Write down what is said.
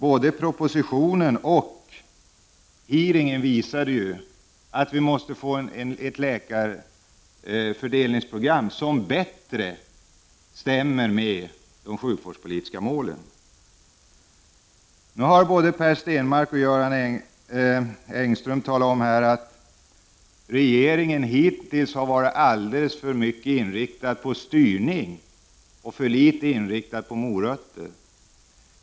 Både propositionen och hearingen visade att vi måste få ett läkarfördelningsprogram som bättre stämmer med de sjukvårdspolitiska målen. Nu har både Per Stenmarck och Göran Engström talat om att regeringen hittills har varit alldeles för mycket inriktad på styrning och för litet inriktad på ”morötter”.